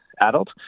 adult